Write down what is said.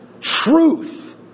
truth